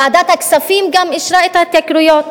ועדת הכספים גם אישרה את ההתייקרויות.